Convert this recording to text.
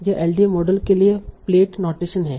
यह LDA model के लिए प्लेट नोटेशन है